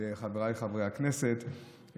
וחבריי חברי הכנסת,